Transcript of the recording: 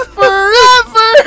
forever